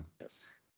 Yes